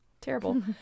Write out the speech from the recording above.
terrible